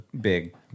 big